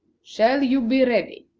shall you be ready?